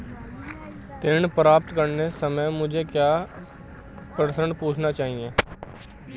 ऋण प्राप्त करते समय मुझे क्या प्रश्न पूछने चाहिए?